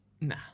Nah